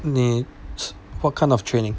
你是 what kind of training